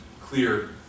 clear